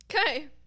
okay